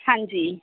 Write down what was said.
ਹਾਂਜੀ